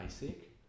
basic